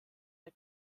der